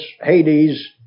Hades